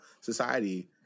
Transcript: society